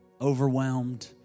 overwhelmed